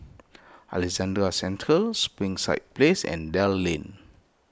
Alexandra a Central Springside Place and Dell Lane